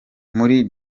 muri